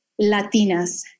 latinas